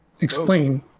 Explain